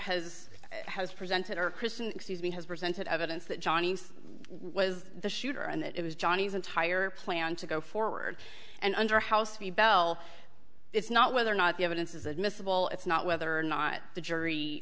has has presented are christian excuse me his present evidence that johnny was the shooter and that it was johnny's entire plan to go forward and under house me bell it's not whether or not the evidence is admissible it's not whether or not the